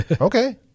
okay